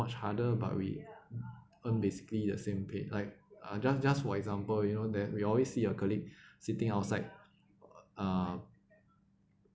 much harder but we earn basically the same paid like uh just just for example you know that we always see a colleague sitting outside uh